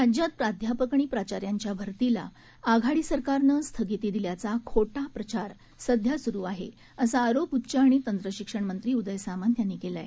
राज्यात प्राध्यापक आणि प्राचार्याच्या भरतीला आघाडी सरकारनं स्थगिती दिल्याचा खोटा प्रचार सध्या स्रू आहे असा आरोप उच्च आणि तंत्र शिक्षणमंत्री उदय सामंत यांनी केला आहे